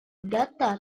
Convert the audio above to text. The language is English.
data